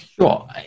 Sure